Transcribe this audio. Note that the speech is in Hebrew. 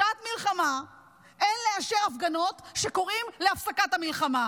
בשעת מלחמה אין לאשר הפגנות שקוראות להפסקת המלחמה.